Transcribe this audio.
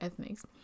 ethnics